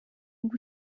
ngo